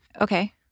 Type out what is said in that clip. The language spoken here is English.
okay